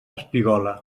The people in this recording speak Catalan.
espigola